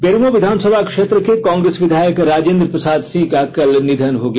बेरमो विधानसभा क्षेत्र के कांग्रेस विधायक राजेंद्र प्रसाद सिंह का कल निधन हो गया